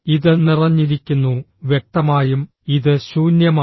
ഇത് നിറഞ്ഞിരിക്കുന്നു വ്യക്തമായും ഇത് ശൂന്യമാണ്